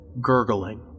gurgling